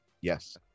Yes